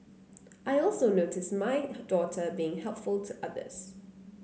I also notice my daughter being helpful to others